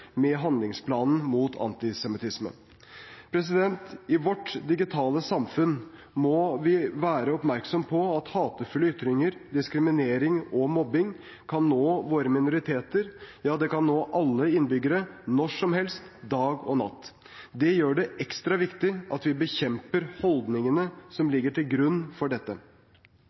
med handlingsplanen mot antisemittisme. I vårt digitale samfunn må vi være oppmerksomme på at hatefulle ytringer, diskriminering og mobbing kan nå våre minoriteter – ja, det kan nå alle innbyggere, når som helst, dag og natt. Det gjør det ekstra viktig at vi bekjemper holdningene som